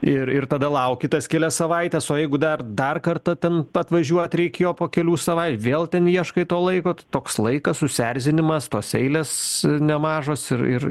ir ir tada lauki tas kelias savaites o jeigu dar dar kartą ten pat važiuot reikėjo po kelių savai vėl ten ieškai to laiko tu toks laikas susierzinimas tos eilės nemažos ir ir